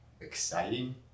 exciting